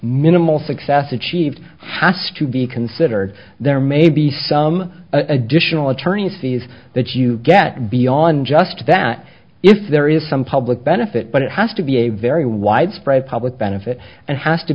minimal success achieved has to be considered there may be some additional attorney's fees that you get beyond just that if there is some public benefit but it has to be a very widespread public benefit and has to